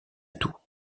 tour